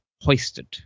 hoisted